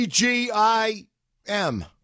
G-I-M